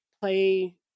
play